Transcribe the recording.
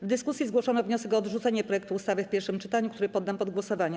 W dyskusji zgłoszono wniosek o odrzucenie projektu ustawy w pierwszym czytaniu, który poddam pod głosowanie.